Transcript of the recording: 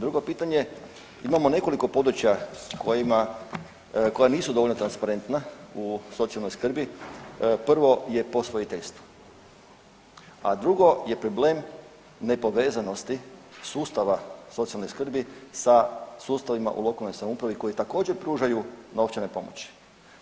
Drugo pitanje, imamo nekoliko područja koja nisu dovoljno transparentna u socijalnoj skrbi, prvo je posvojiteljstvo, a drugo je problem nepovezanosti sustava socijalne skrbi sa sustavima u lokalnoj samoupravi koji također pružaju novčane pomoći,